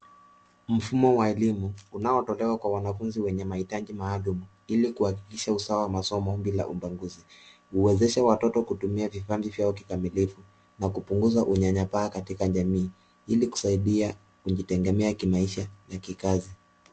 Mfumo wa elimu unaotolewa kwa wanafunzi wenye mahitaji maalum, ili kuhakikisha usawa wa masomo bila ubaguzi. Huwezesha watoto kutumia vipaji vyao kikamilifu na kupunguza unyanyapaa katika jamii, ili kusaidia kujitegemea kimaisha na kikazi.